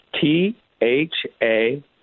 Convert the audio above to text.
T-H-A